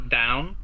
down